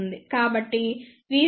కాబట్టి VCEQ VCC 2